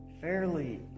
fairly